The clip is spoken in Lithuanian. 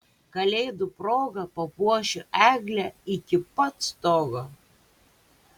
kalėdų proga papuošiu eglę iki pat stogo